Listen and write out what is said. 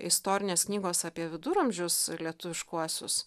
istorinės knygos apie viduramžius lietuviškuosius